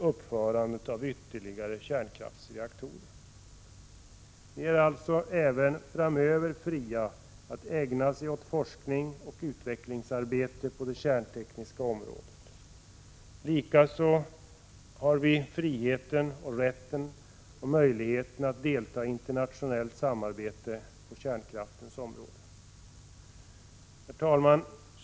uppförande av ytterligare kärnkraftsreaktorer. De är alltså även framöver fria att ägna sig åt forskning och utvecklingsarbete på det kärntekniska området. Likaså har vi friheten, rätten och möjligheten att delta i internationellt samarbete på kärnkraftens område. Herr talman!